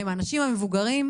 הם אנשים מבוגרים,